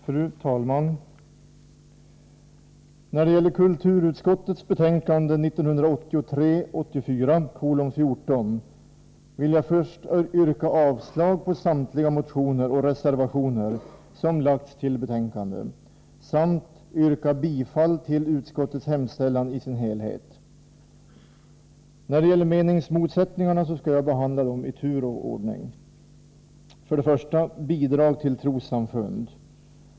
Fru talman! När det gäller kulturutskottets betänkande 1983/84:14 vill jag först yrka avslag på samtliga motioner och reservationer i betänkandet samt yrka bifall till utskottets hemställan i dess helhet. När det gäller meningsmotsättningarna skall jag behandla dem i tur och ordning. 1. Bidrag till trossamfund.